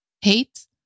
hate